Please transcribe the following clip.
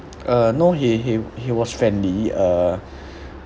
uh no he he he was friendly uh